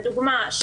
לדוגמה,